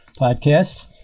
podcast